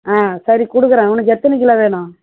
ஆ சரி கொடுக்குறேன் உனக்கு எத்தனை கிலோ வேணும்